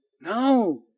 No